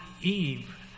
Eve